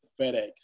FedEx